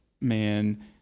man